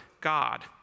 God